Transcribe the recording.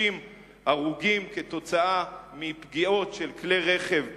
בני-אדם כתוצאה מפגיעות של כלי רכב כבדים.